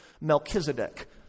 Melchizedek